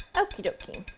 okie dokie,